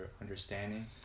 understanding